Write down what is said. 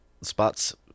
spots